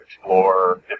explore